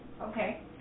Okay